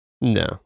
No